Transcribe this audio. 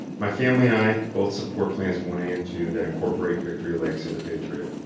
my family and i both support plans one a and two that incorporate victory lakes into patriot.